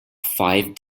five